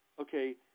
Okay